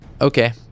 okay